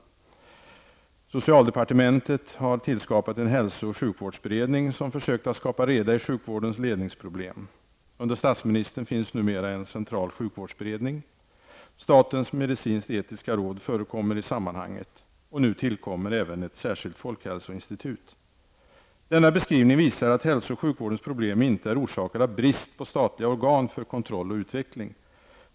Socialdepartementet har tillskapat en hälso och sjukvårdsberedning som försökt skapa reda i sjukvårdens ledningsproblem. Under statsministern finns numera en central sjukvårdsberedning. Statens medicinsk-etiska råd förekommer i sammanhanget, och nu tillkommer även ett särskilt folkhälsoinstitut. Denna beskrivning visar att hälso och sjukvårdens problem inte är orsakade av brist på statliga organ för kontroll och utveckling.